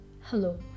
hello